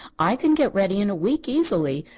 i can get ready in a week, easily.